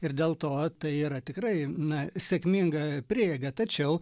ir dėl to tai yra tikrai na sėkminga prieiga tačiau